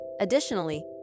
Additionally